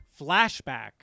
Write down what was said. Flashback